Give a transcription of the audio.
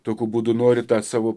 tokiu būdu nori tą savo